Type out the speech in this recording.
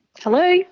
Hello